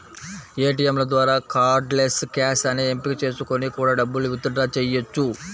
ఏటియంల ద్వారా cardless cash అనే ఎంపిక చేసుకొని కూడా డబ్బుల్ని విత్ డ్రా చెయ్యొచ్చు